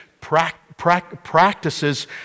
practices